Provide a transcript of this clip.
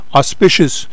auspicious